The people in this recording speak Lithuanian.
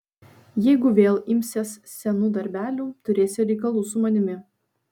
jeigu vėl imsies senų darbelių turėsi reikalų su manimi